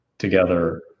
together